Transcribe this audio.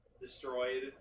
destroyed